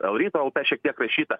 l ryto lt šiek tiek rašyta